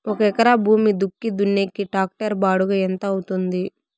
ఒక ఎకరా భూమి దుక్కి దున్నేకి టాక్టర్ బాడుగ ఎంత అవుతుంది?